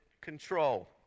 control